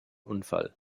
unfall